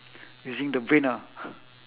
using the brain ah